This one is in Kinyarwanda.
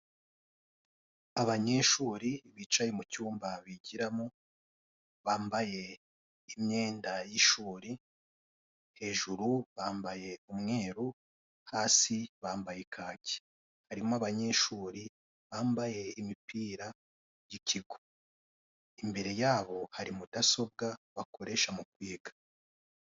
Abanyeshuri bicaye mu cyumba bigiramo bambaye imyenda y'ishuri, hejuru bambeye umweru hasi bambaye kaki. Harimo abanyeshuri bambaye imipira y'ikigo imbere yabo hari mudosobwa bakoresha mu kwiga.